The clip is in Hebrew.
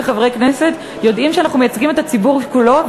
כחברי הכנסת יודעים שאנחנו מייצגים את הציבור כולו,